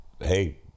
hey